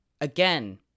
Again